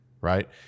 right